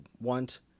want